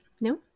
No